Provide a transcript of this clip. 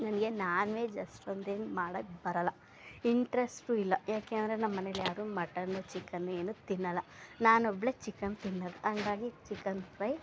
ನನಗೆ non veg ಅಷ್ಟೊಂದೇನು ಮಾಡೋಕೆ ಬರಲ್ಲ ಇಂಟ್ರೆಸ್ಟು ಇಲ್ಲ ಏಕೆಂದ್ರೆ ನಮ್ಮನೇಲಿ ಯಾರು ಮಟನ್ನು ಚಿಕನ್ ಏನು ತಿನ್ನಲ್ಲ ನಾನೊಬ್ಬಳೆ ಚಿಕನ್ ತಿನ್ನೋದು ಹಾಗಾಗಿ ಚಿಕನ್ ಫ್ರೈ